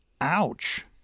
Ouch